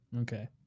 Okay